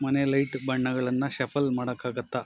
ಮನೆ ಲೈಟ್ ಬಣ್ಣಗಳನ್ನು ಷಫಲ್ ಮಾಡೋಕ್ಕಾಗುತ್ತಾ